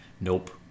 nope